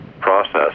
process